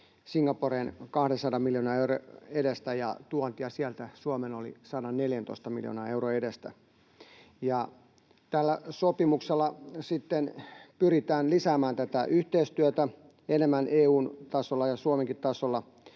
Singaporeen 200 miljoonan euron edestä ja tuontia sieltä Suomeen oli 114 miljoonaa euron edestä. Tällä sopimuksella pyritään lisäämään tätä yhteistyötä enemmän EU:n tasolla ja Suomenkin tasolla.